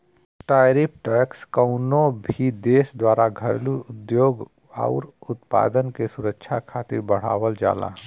tariff tax कउनो भी देश द्वारा घरेलू उद्योग आउर उत्पाद के सुरक्षा खातिर बढ़ावल जाला